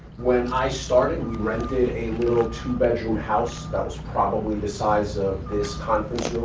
when i started, we rented a little two-bedroom house that was probably the size of this conference